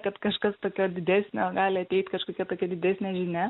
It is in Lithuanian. kad kažkas tokio didesnio gali ateit kažkokia tokia didesnė žinia